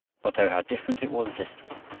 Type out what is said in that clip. but oh, how different it was this time!